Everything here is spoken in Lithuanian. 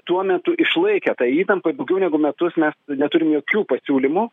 tuo metu išlaikė tą įtampą daugiau negu metus mes neturim jokių pasiūlymų